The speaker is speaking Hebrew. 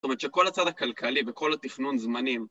זאת אומרת שכל הצד הכלכלי וכל התפנון זמנים